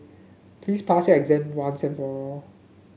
please pass your exam once and for all